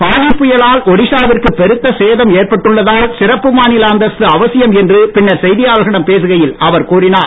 ஃபானி புயலால் ஒடிஷா வில் பெருத்த சேதம் ஏற்பட்டுள்ளதால் சிறப்பு மாநில அந்தஸ்து அவசியம் என்று பின்னர் செய்தியாளர்களிடம் பேசுகையில் அவர் கூறினார்